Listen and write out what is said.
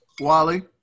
Wally